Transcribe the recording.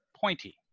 Pointy